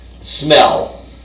smell